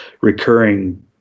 recurring